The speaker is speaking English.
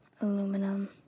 aluminum